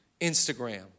Instagram